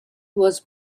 was